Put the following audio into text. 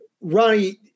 Ronnie